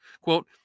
Quote